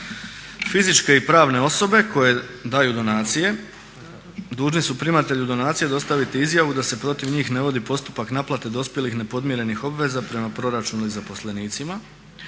Fizičke i pravne osobe koje daju donacije dužni su primatelju donacija dostaviti izjavu da se protiv njih ne vodi postupak naplate dospjelih nepodmirenih obveza prema proračunu i zaposlenicima,